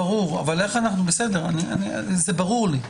זה ברור לי,